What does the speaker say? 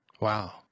wow